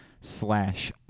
slash